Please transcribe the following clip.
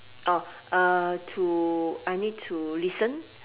oh uh to I need to listen